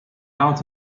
out